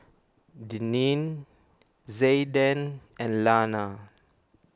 Deneen Zayden and Lana